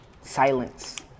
Silence